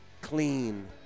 clean